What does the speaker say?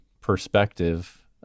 perspective